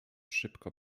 szybko